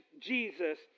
Jesus